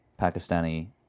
Pakistani